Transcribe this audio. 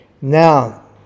Now